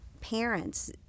parents